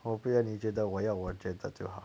我不要你觉得我要我觉得就好